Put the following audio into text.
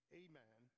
amen